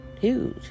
Huge